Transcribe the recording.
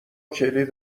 کلید